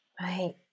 right